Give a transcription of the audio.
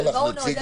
בואו נעודד ביחד.